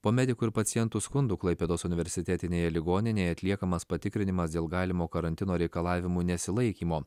po medikų ir pacientų skundų klaipėdos universitetinėje ligoninėje atliekamas patikrinimas dėl galimo karantino reikalavimų nesilaikymo